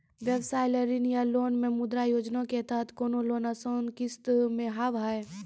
व्यवसाय ला ऋण या लोन मे मुद्रा योजना के तहत कोनो लोन आसान किस्त मे हाव हाय?